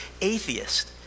atheist